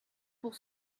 pour